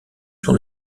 sont